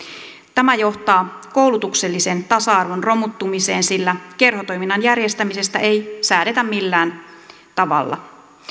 tämä johtaa koulutuksellisen tasa arvon romuttumiseen sillä kerhotoiminnan järjestämisestä ei säädetä millään tavalla